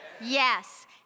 Yes